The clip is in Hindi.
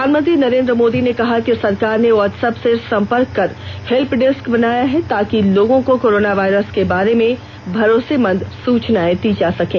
प्रधानमंत्री नरेंद्र मोदी ने कहा कि सरकार ने व्हाट्सएप से सम्पर्क कर हेल्प डेस्क बनाई है ताकि लोगों को कोरोना वायरस के बारे में भरोसेमंद सूचनाएं दी जा सकें